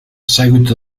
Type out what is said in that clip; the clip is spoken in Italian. seguito